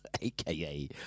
AKA